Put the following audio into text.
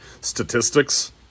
statistics